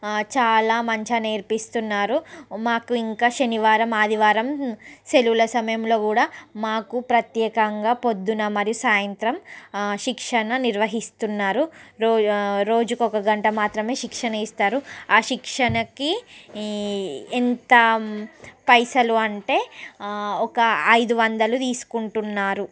చాలా మంచిగా నేర్పిస్తున్నారు మాకు ఇంకా శనివారం ఆదివారం సెలవుల సమయంలో కూడా మాకు ప్రత్యేకంగా పొద్దున మరి సాయంత్రం శిక్షణ నిర్వహిస్తున్నారు రోజు రోజుకు ఒక గంట మాత్రమే శిక్షణ ఇస్తారు ఆ శిక్షణకి ఈ ఎంత పైసలు అంటే ఒక ఐదు వందలు తీసుకుంటున్నారు